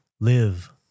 Live